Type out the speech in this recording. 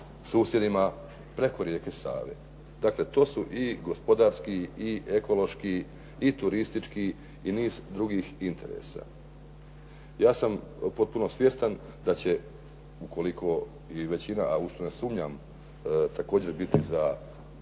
susjedima preko rijeke Save. Dakle, to su i gospodarski i ekološki i turistički i niz drugih interesa. Ja sam potpuno svjestan da će, ukoliko i većina, a u što ne sumnjam, također biti za